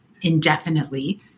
indefinitely